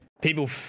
people